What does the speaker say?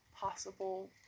possible